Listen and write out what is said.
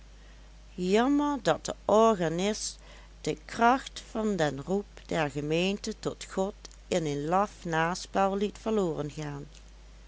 jammer dat de organist de kracht van den roep der gemeente tot god in een laf naspel liet verloren gaan